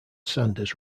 sanders